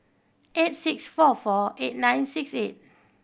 eight six four four eight nine six eight